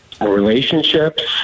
relationships